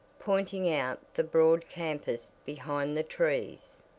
pointing out the broad campus behind the trees.